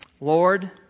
Lord